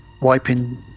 wiping